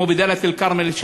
כמו בדאלית-אלכרמל,